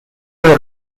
del